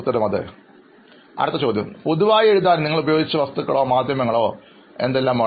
അഭിമുഖം സ്വീകരിക്കുന്നയാൾ അതെ അഭിമുഖം നടത്തുന്നയാൾ പൊതുവായി എഴുതാൻ നിങ്ങൾ ഉപയോഗിച്ച വസ്തുക്കളോ മാധ്യമങ്ങൾ എന്തെല്ലാമാണ്